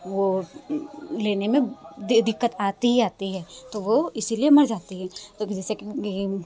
वो लेने में दे दिक्कत आती ही आती है तो वो इसलिए मर जाती हैं जैसे कि ये